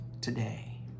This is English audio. today